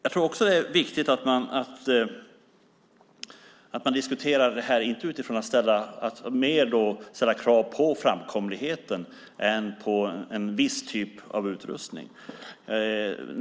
Det är också viktigt att inte enbart diskutera detta utifrån högre krav på framkomligheten än krav på en viss typ av utrustning.